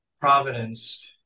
providence